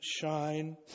shine